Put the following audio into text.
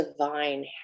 divine